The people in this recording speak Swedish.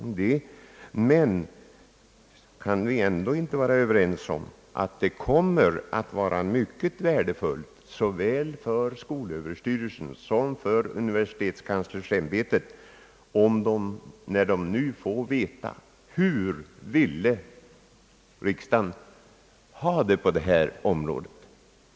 Men vi kan väl ändå vara överens om att det kommer att vara mycket värdefullt såväl för skolöverstyrelsen som för universitetskanslersämbetet att få veta hur riksdagen vill ha det på detta område.